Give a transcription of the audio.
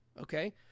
Okay